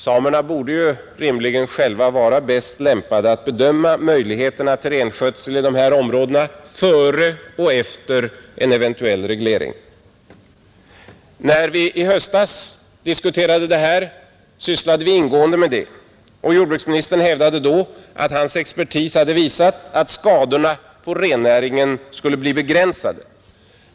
Samerna borde rimligen själva vara bäst lämpade att bedöma möjligheterna till renskötsel i dessa områden före och efter en eventuell reglering. När vi i höstas diskuterade detta ärende sysslade vi ingående med detta problem. Jordbruksministern hävdade då att hans expertis hade visat att skadorna på rennäringen skulle bli begränsade.